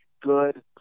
good